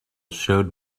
showed